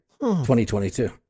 2022